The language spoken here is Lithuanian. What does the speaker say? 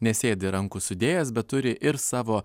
nesėdi rankų sudėjęs bet turi ir savo